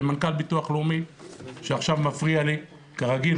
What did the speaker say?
מנכ"ל ביטוח לאומי מפריע לי עכשיו, כרגיל.